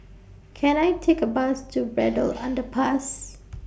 Can I Take A Bus to Braddell Underpass